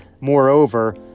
moreover